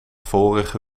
vorige